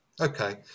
okay